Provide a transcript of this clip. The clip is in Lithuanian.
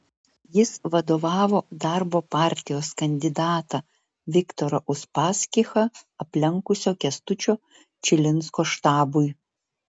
jis vadovavo darbo partijos kandidatą viktorą uspaskichą aplenkusio kęstučio čilinsko štabui